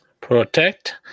protect